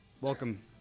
welcome